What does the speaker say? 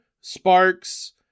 Sparks